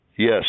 Yes